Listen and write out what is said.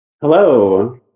Hello